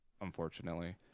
Unfortunately